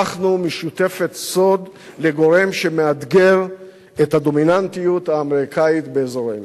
הפכנו משותפת סוד לגורם שמאתגר את הדומיננטיות האמריקנית באזורנו.